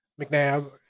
McNabb